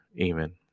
Amen